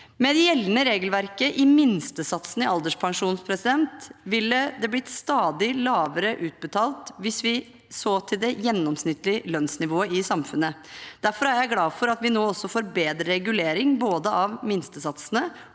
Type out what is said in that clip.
Med det gjeldende regelverket for minstesatsene i alderspensjonen ville det blitt stadig lavere utbetalinger hvis vi så til det gjennomsnittlige lønnsnivået i samfunnet. Derfor er jeg glad for at vi nå også får bedre regulering både av minstesatsene